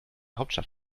hauptstadt